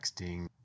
texting